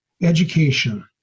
education